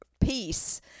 peace